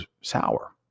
sour